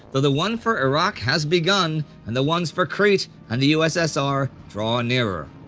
though the one for iraq has begun, and the ones for crete and the ussr draw nearer.